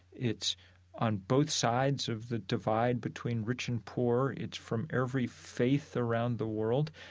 it's on both sides of the divide between rich and poor. it's from every faith around the world.